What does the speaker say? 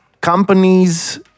companies